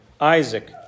Isaac